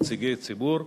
נציגי ציבור,